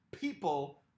people